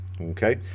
okay